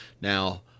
now